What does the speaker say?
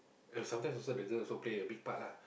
ya sometimes also the girl also play a big part lah